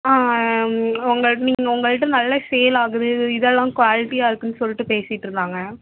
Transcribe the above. நீங் உங்க நீங்கள் உங்கள்ட நல்ல சேல் ஆகுது இதெல்லாம் குவாலிட்டியாக இருக்கும்னு சொல்லிட்டு பேசிட்டுருந்தாங்க